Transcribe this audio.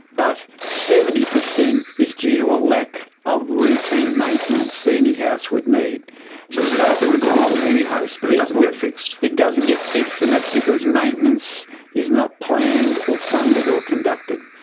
but seventy percent is due to a lack of routine maintenance that any house would need. so this is stuff that would go wrong in any house but it doesn't get fixed. it doesn't get fixed and that's because maintenance is not planned or funded or conducted.